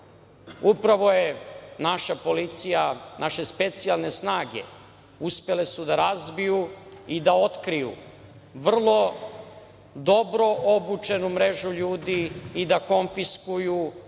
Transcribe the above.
upravo je naša policija, naše specijalne snage uspele su da razbiju i da otkriju vrlo dobro obučenu mrežu ljudi i da konfiskuju